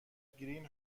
گرین